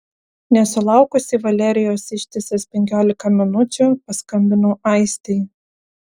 nesulaukusi valerijos ištisas penkiolika minučių paskambinau aistei